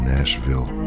Nashville